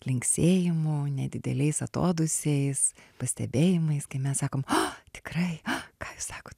linksėjimu nedideliais atodūsiais pastebėjimais kai mes sakom a tikrai ką jūs sakot